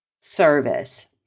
service